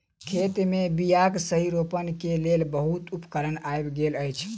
खेत मे बीयाक सही रोपण के लेल बहुत उपकरण आइब गेल अछि